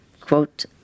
quote